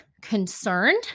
concerned